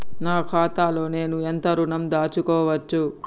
నా ఖాతాలో నేను ఎంత ఋణం దాచుకోవచ్చు?